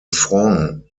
franc